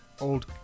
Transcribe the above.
old